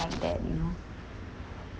like that you know